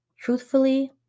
Truthfully